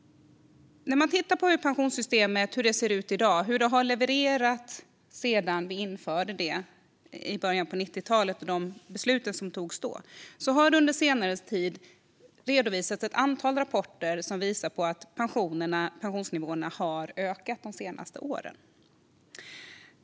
Man kan titta på hur pensionssystemet ser ut i dag och hur det har levererat sedan vi införde det i början av 90-talet genom de beslut som togs då. På senare tid har ett antal rapporter redovisats som visar att pensionsnivåerna har stigit de senaste åren.